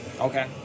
Okay